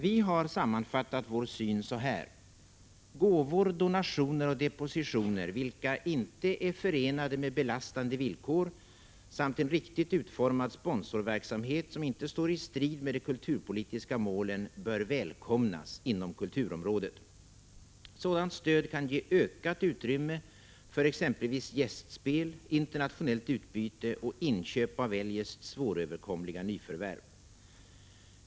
Vi har sammanfattat vår syn så här: ”Gåvor, donationer och depositioner vilka ej är förenade med belastande villkor samt en riktigt utformad sponsorverksamhet som ej står i strid med de kulturpolitiska målen bör välkomnas inom kulturområdet. Sådant stöd kan ge ökat utrymme för exempelvis gästspel, internationellt utbyte och inköp av eljest svåröverkomliga nyförvärv.